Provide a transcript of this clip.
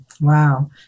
Wow